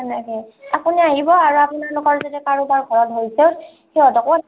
তেনেকৈ আপুনি আহিব আৰু আপোনালোকৰ যদি কাৰোবাৰ ঘৰত হৈছে সিহঁতকো